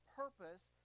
purpose